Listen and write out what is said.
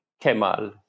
Kemal